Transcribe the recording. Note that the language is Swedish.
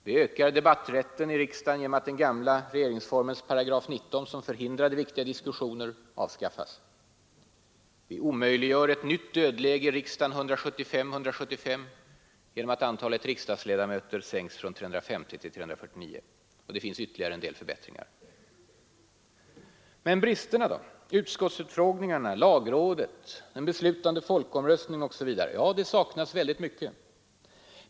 Vi ökar debatträtten i riksdagen genom att den gamla regeringsformens 90 §, som förhindrade viktiga diskussioner, avskaffas. Vi omöjliggör ett nytt dödläge i riksdagen 175—175 genom att antalet riksdagsledamöter sänks från 350 till 349. Det finns ytterligare en del förbättringar. Men bristerna då? Utskottsutfrågningar, lagrådet, beslutande folkomröstning osv. Ja, det saknas mycket.